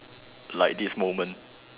like this moment